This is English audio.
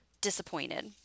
disappointed